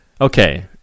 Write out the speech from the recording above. Okay